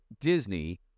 Disney